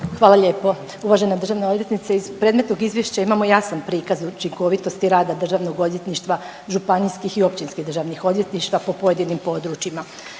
Hvala lijepo. Uvažena državna odvjetnice, iz predmetnog izvješća imamo jasan prikaz učinkovitosti rada državnog odvjetništva županijskih i općinskih državnih odvjetništava po pojedinim područjima.